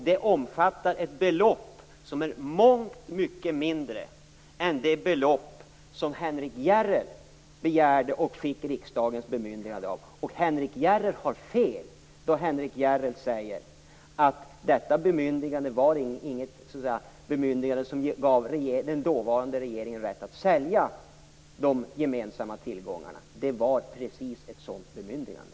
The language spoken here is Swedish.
Det omfattar ett belopp som är långt mindre än det belopp som Henrik Järrel har också fel då han säger att detta bemyndigande inte gav den dåvarande regeringen rätt att sälja de gemensamma tillgångarna. Det var precis ett sådant bemyndigande.